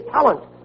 talent